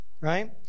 right